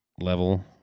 level